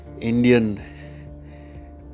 Indian